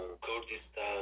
Kurdistan